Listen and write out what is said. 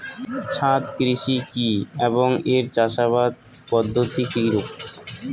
ছাদ কৃষি কী এবং এর চাষাবাদ পদ্ধতি কিরূপ?